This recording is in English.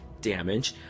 damage